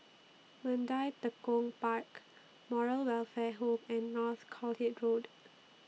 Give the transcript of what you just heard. Mandai Tekong Park Moral Welfare Home and Northolt Road